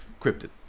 Cryptid